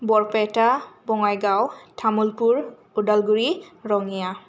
Barpeta Bongaigaon Tamulpur Udalguri Rangia